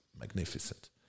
magnificent